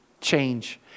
Change